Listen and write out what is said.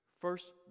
first